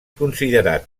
considerat